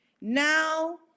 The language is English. now